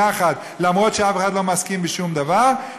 גם אם אף אחד לא מסכים בשום דבר,